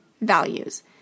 values